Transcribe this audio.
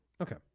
Okay